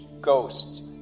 ghosts